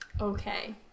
Okay